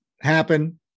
happen